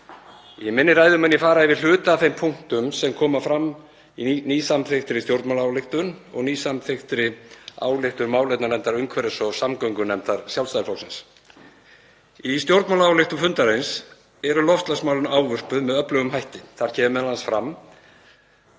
Í minni ræðu mun ég fara yfir hluta af þeim punktum sem koma fram í nýsamþykktri stjórnmálaályktun og nýsamþykktri ályktun málefnanefndar umhverfis- og samgöngunefndar Sjálfstæðisflokksins. Í stjórnmálaályktun fundarins eru loftslagsmálin ávörpuð með öflugum hætti. Þar kemur m.a.